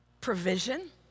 provision